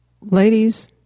ladies